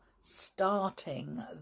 starting